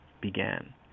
began